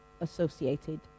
associated